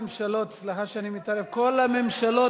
כל הממשלות,